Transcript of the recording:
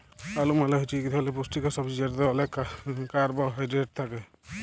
আলু মালে হছে ইক ধরলের পুষ্টিকর ছবজি যেটতে অলেক কারবোহায়ডেরেট থ্যাকে